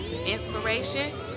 Inspiration